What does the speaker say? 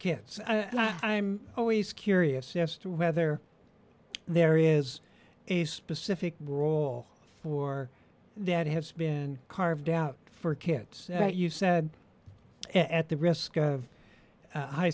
kids i'm always curious as to whether there is a specific role for that has been carved out for kids that you said at the risk of high